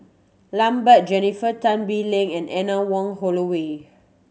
Lambert Jennifer Tan Bee Leng and Anne Wong Holloway